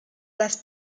las